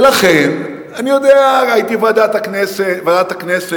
ולכן, אני יודע, הייתי בוועדת הכנסת,